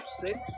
six